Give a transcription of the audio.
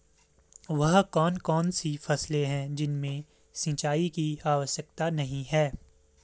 वह कौन कौन सी फसलें हैं जिनमें सिंचाई की आवश्यकता नहीं है?